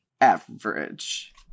Average